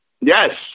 Yes